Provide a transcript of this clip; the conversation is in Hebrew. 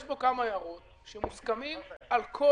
יש בו כמה הערות שמוסכמות על כל